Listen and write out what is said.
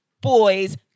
boys